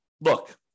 look